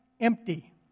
empty